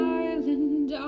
island